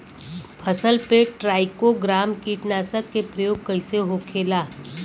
फसल पे trichogramma कीटनाशक के प्रयोग कइसे होखेला?